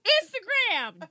Instagram